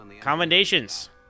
commendations